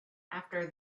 after